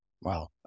Wow